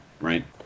right